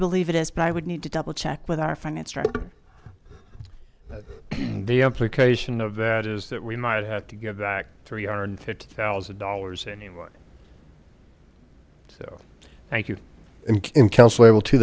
believe it is but i would need to double check with our finance director the implication of that is that we might have to give back three hundred and fifty thousand dollars anyway so thank you